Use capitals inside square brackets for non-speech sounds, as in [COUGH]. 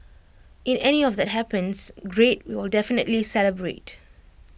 if any of that happens great [NOISE] we will definitely celebrate